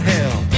Hell